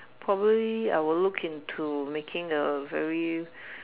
probably I will look into making a very